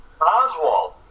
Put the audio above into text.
Oswald